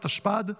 התשפ"ד 2024,